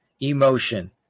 emotion